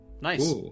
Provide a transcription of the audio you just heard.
Nice